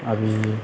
अभी